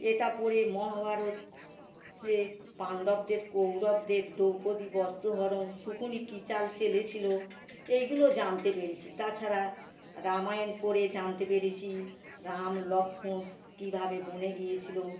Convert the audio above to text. এটা পড়ে মহাভারত এর পাণ্ডবদের কৌরবদের দ্রৌপদী বস্ত্রহরণ শকুনি কি চাল চেলেছিল এইগুলো জানতে পেরেছি তাছাড়া রামায়ণ পড়ে জানতে পেরেছি রাম লক্ষ্মণ কীভাবে বনে গিয়েছিল